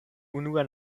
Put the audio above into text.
unua